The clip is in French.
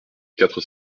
quatre